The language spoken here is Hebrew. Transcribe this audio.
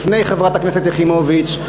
לפני חברת הכנסת יחימוביץ,